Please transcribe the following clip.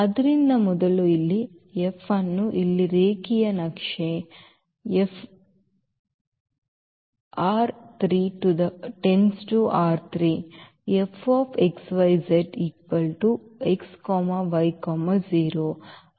ಆದ್ದರಿಂದ ಮೊದಲು ಇಲ್ಲಿ F ಆನ್ನು ಇಲ್ಲಿ ರೇಖೀಯ ನಕ್ಷೆ F x y z x y 0